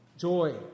joy